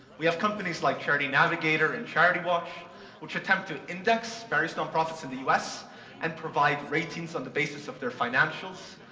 we have companies like charity navigator and charitywatch which attempt to index various nonprofits in the us and provide ratings on the basis of their financials.